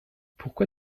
pourquoi